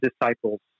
disciples